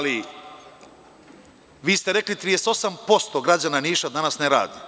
Vi ste rekli da 38% građana Niša danas ne radi.